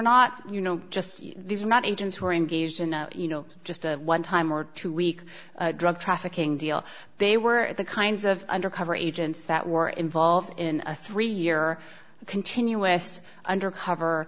not you know just these are not agents who are engaged in a you know just a one time or two week drug trafficking deal they were the kinds of undercover agents that were involved in a three year continuous undercover